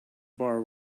bar